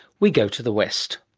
we go to the west.